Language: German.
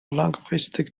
langfristig